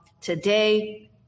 today